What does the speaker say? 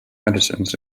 medicines